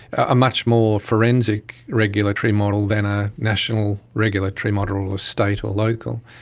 a much more forensic regulatory model than a national regulatory model or state or local.